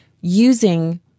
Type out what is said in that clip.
using